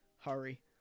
Hurry